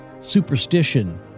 superstition